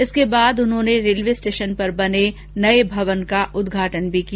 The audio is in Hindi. इसके बाद उन्होंने रेलवे स्टेशन पर बने नये भवन का उदघाटन भी किया